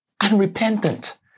unrepentant